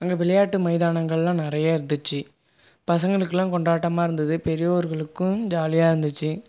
அங்கே விளையாட்டு மைதானங்களெலாம் நிறைய இருந்துச்சு பசங்களுக்கெலாம் கொண்டாட்டமாக இருந்தது பெரியோர்களுக்கும் ஜாலியாக இருந்துச்சு